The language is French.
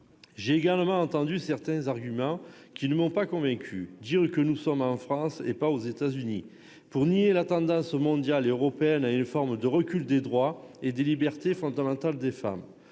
J'ai également entendu certains arguments qui ne m'ont pas convaincu :« nous sommes en France et non aux États-Unis », plaident ceux qui nient la tendance mondiale et européenne à une forme de recul des droits et des libertés fondamentales des femmes.